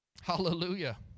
Hallelujah